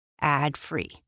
ad-free